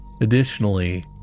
Additionally